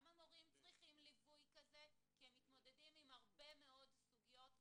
גם המורים צריכים ליווי כזה כי הם מתמודדים עם הרבה מאוד סוגיות.